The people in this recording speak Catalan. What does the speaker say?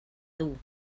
dur